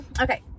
Okay